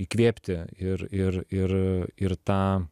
įkvėpti ir ir ir ir tą